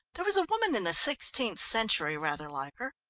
there was a woman in the sixteenth century rather like her,